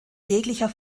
jeglicher